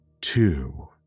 two